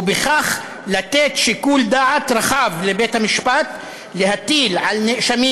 ובכך לתת שיקול דעת רחב לבית המשפט לתת לנאשמים